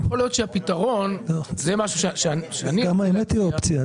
יכול להיות שהפתרון --- גם האמת היא אופציה,